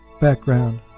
background